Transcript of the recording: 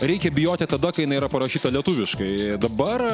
reikia bijoti tada kai jinai yra parašyta lietuviškai dabar